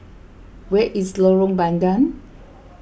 where is Lorong Bandang